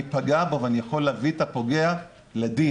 פגע בו ואני יכול להביא את הפוגע לדין.